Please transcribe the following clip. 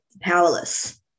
powerless